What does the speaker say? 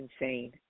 insane